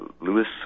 Lewis